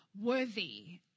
Worthy